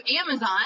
Amazon